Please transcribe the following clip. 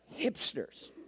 hipsters